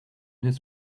his